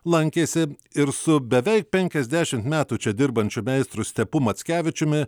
lankėsi ir su beveik penkiasdešimt metų čia dirbančiu meistru stepu mackevičiumi